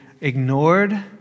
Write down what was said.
ignored